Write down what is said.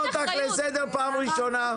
אני קורא אותך לסדר פעם ראשונה,